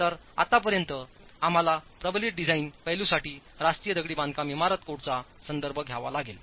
तरआत्तापर्यंत आम्हाला प्रबलित डिझाईन पैलूंसाठी राष्ट्रीय दगडी बांधकाम इमारत कोडचा संदर्भघ्यावा लागेल